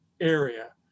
area